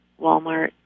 Walmart